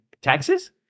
taxes